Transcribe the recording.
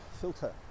filter